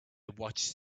watched